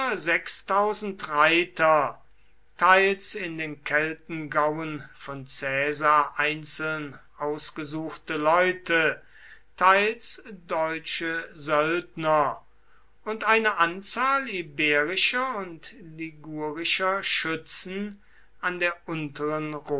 reiter teils in den keltengauen von caesar einzeln ausgesuchte leute teils deutsche söldner und eine anzahl iberischer und ligurischer schützen an der unteren